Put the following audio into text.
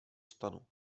stanu